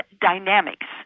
dynamics